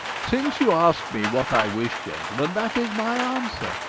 since you ask me what i wish, gentlemen, that is my answer.